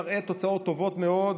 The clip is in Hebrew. מראה תוצאות טובות מאוד.